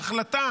ההחלטה